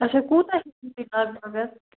اَچھا کوٗتاہ ہیٚیِو تُہۍ لگ بھگ اَتھ